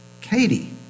Katie